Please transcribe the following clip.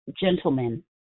gentlemen